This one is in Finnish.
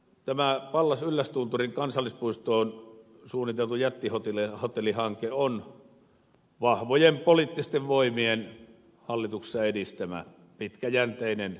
tämä pallas yllästunturin kansallispuistoon suunniteltu jättihotellihanke on vahvojen poliittisten voimien hallituksessa edistämä pitkäjänteinen projekti